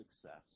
success